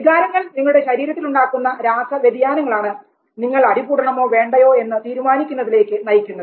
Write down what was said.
വികാരങ്ങൾ നിങ്ങളുടെ ശരീരത്തിൽ ഉണ്ടാക്കുന്ന രാസ വ്യതിയാനങ്ങളാണ് നിങ്ങൾ അടികൂടണമോ വേണ്ടയോ എന്ന് തീരുമാനിക്കുന്നതിലേക്ക് നയിക്കുന്നത്